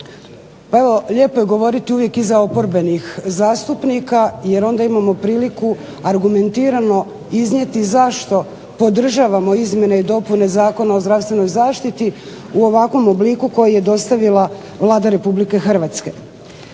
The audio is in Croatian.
Pa evo, lijepo je uvijek govoriti iza oporbenih zastupnika jer onda imamo priliku argumentirano iznijeti zašto podržavamo izmjene i dopune Zakona o zdravstvenoj zaštiti u ovakvom obliku koji je dostavila Vlada Republike Hrvatske.